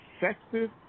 sexist